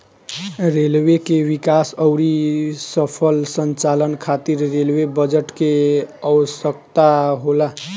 railway के विकास अउरी सफल संचालन खातिर रेलवे बजट के आवसकता होला